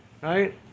right